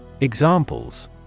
Examples